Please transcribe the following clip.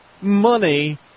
money